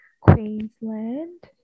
Queensland